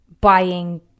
buying